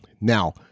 Now